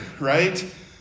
right